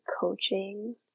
coaching